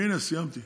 הינה, סיימתי.